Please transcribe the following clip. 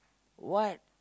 what